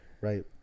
Right